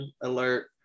alert